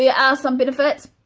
yeah are some benefits